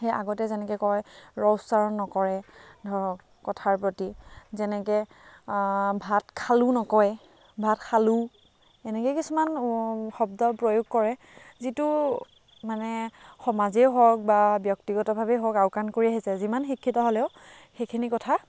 সেই আগতে যেনেকৈ কয় ৰ উচ্চাৰণ নকৰে ধৰক কথাৰ প্ৰতি যেনেকৈ ভাত খালোঁ নকয় ভাত শালোঁ এনেকৈ কিছুমান শব্দ প্ৰয়োগ কৰে যিটো মানে সমাজে হওক বা ব্যক্তিগতভাৱে হওক আওকাণ কৰি আহিছে যিমান শিক্ষিত হ'লেও সেইখিনি কথা